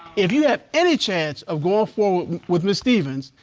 if you have any chance of going forward with miss stephens,